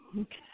Okay